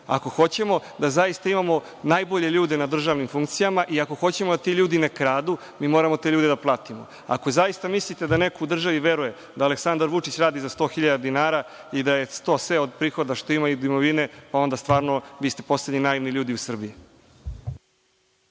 Ako hoćemo da zaista imamo najbolje ljude na državnim funkcijama i ako hoćemo da ti ljudi ne kradu, mi moramo da te ljude platimo. Ako zaista mislite da neko u državi veruje da Aleksandar Vučić radi za 100 hiljada dinara i da je to sve od prihoda što ima i imovine, onda stvarno ste poslednji naivni ljudi u Srbiji.